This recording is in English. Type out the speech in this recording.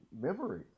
memory